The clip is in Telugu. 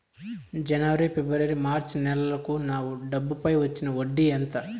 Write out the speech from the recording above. జనవరి, ఫిబ్రవరి, మార్చ్ నెలలకు నా డబ్బుపై వచ్చిన వడ్డీ ఎంత